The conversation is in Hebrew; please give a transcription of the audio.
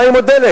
מים או דלק,